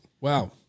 Wow